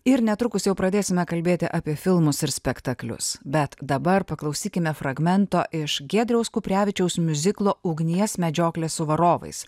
ir netrukus jau pradėsime kalbėti apie filmus ir spektaklius bet dabar paklausykime fragmento iš giedriaus kuprevičiaus miuziklo ugnies medžioklė su varovais